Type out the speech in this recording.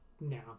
no